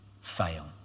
fail